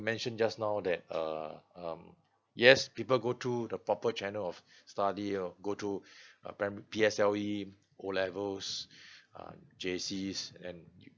mention just now that uh um yes people go through the proper channel of study you know go through uh prima~ P_S_L_E O levels um J_Cs and